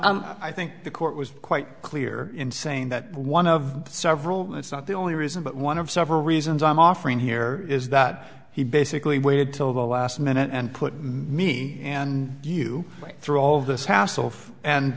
i think the court was quite clear in saying that one of several that's not the only reason but one of several reasons i'm offering here is that he basically waited till the last minute and put me and you wait through all this hassle and